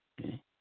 Okay